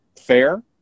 fair